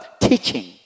teaching